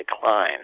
decline